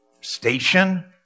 Station